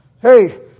Hey